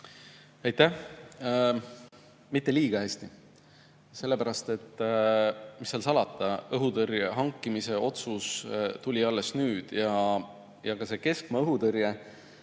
Aitäh! Mitte liiga hästi. Sellepärast et, mis seal salata, õhutõrje hankimise otsus tuli alles nüüd ja keskmaa õhutõrje